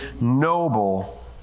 noble